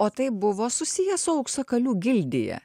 o tai buvo susiję su auksakalių gildija